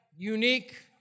unique